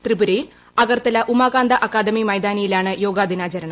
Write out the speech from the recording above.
ത്രിപുരയിൽ അഗർത്തല ഉമാകാന്ത അക്കാദമി മൈതാനിയിലാണ് യോഗാ ദിനാചരണം